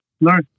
learn